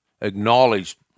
acknowledged